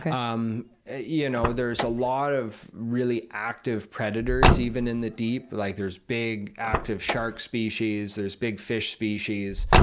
um you know there's a lot of really active predators, even in the deep. like there's big, active, shark species, there's big fish species